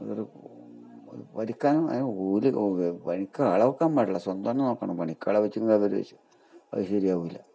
അതൊരു പതിക്കാനും അതി നും ഒരു പണിക്ക് ആളെവെയ്ക്കാൻ പാടില്ല സ്വന്തം നോക്കണം പണിക്ക് ആളെ വെച്ച് അത് ഒരു ശരി ആവില്ല